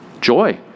Joy